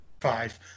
five